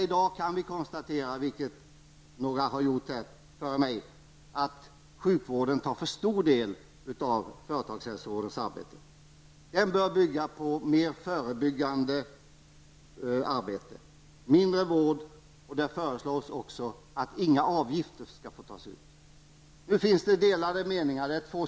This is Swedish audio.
I dag kan vi, som några har gjort före mig, konstatera att sjukvården omfattar för stor del av företagshälsovårdens arbete. Det bör bli mer förebyggande arbete och mindre vård. Det föreslås också att inga avgifter skall få tas ut. Det finns delade meningar.